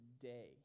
day